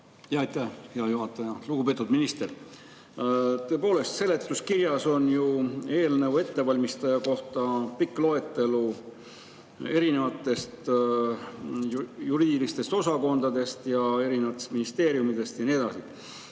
Aitäh, hea juhataja! Lugupeetud minister! Tõepoolest, seletuskirjas on eelnõu ettevalmistajatena pikk loetelu erinevatest juriidilistest osakondadest ja ministeeriumidest ja nii edasi.